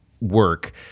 work